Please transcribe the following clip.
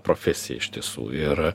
profesiją iš tiesų yra